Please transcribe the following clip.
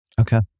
Okay